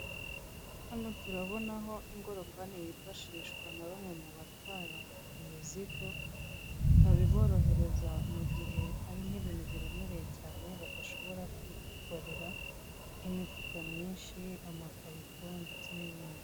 Hano turabonaho ingorofani yifashishwa na bamwe mu batwara imizigo, ikaba iborohereza mu gihe hari nk'ibintu biremereye cyane badashobora kwikorera nk'imifuka myinshi, amakarito ndetse n'ibindi.